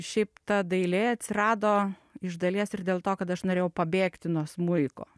šiaip ta dailė atsirado iš dalies ir dėl to kad aš norėjau pabėgti nuo smuiko